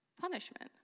Punishment